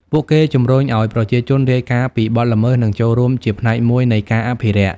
ពួកគេជំរុញឲ្យប្រជាជនរាយការណ៍ពីបទល្មើស និងចូលរួមជាផ្នែកមួយនៃការអភិរក្ស។